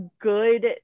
good